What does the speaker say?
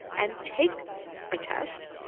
and take a test,